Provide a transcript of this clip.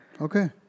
Okay